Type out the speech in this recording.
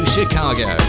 Chicago